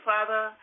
Father